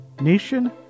Nation